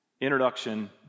Introduction